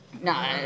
No